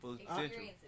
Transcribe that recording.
Experiences